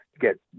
get